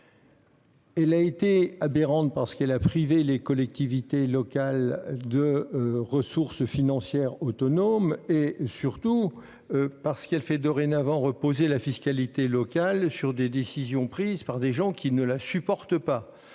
d'une part, parce qu'elle a privé les collectivités locales de ressources financières autonomes, d'autre part, et surtout, parce qu'elle fait dorénavant reposer la fiscalité locale sur des décisions prises par des gens qui ne la supportent pas,